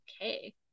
okay